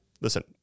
listen